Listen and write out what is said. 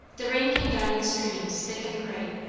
the rain came down in streams, thick and grey.